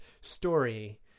story